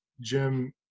Jim –